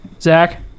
Zach